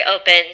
open